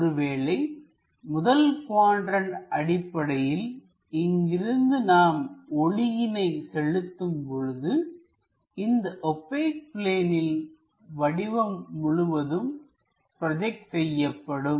ஒருவேளை முதல் குவாட்ரண்ட் அடிப்படையில் இங்கிருந்து நாம் ஒளியினை செலுத்தும் பொழுது இந்த ஓபெக் பிளேனில் வடிவம் முழுவதும் ப்ரோஜெக்ட் செய்யப்படும்